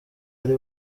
ari